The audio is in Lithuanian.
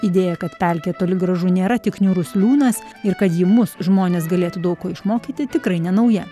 idėja kad pelkė toli gražu nėra tik niūrus liūnas ir kad ji mus žmones galėtų daug ko išmokyti tikrai nenauja